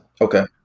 Okay